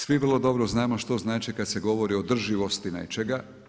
Svi vrlo dobro znamo što znači kada se govori o održivosti nečega.